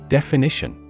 Definition